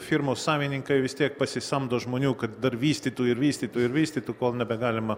firmos savininkai vis tiek pasisamdo žmonių kad dar vystytų ir vystytų ir vystytų kol nebegalima